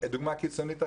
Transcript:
דוגמה קיצונית אחרת.